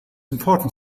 important